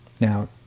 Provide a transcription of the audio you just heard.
Now